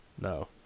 no